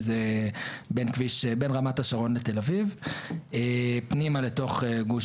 שזה בין רמת השרון לתל אביב פנימה לתוך גוש